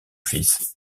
fils